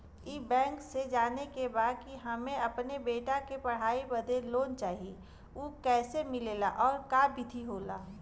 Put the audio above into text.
ई बैंक से जाने के बा की हमे अपने बेटा के पढ़ाई बदे लोन चाही ऊ कैसे मिलेला और का विधि होला?